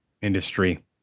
industry